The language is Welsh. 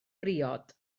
briod